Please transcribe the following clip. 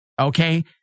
Okay